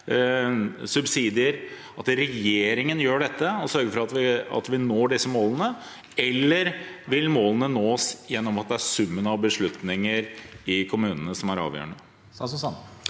subsidier? Vil regjeringen gjøre dette og sørge for at vi når disse målene, eller vil målene nås gjennom at det er summen av beslutninger i kommunene som er avgjørende?